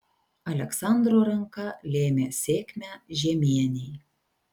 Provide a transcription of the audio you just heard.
aleksandro ranka lėmė sėkmę žiemienei